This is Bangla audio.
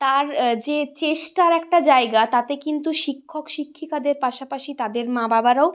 তার যে চেষ্টার একটা জায়গা তাতে কিন্তু শিক্ষক শিক্ষিকাদের পাশাপাশি তাদের মা বাবারাও